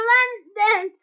London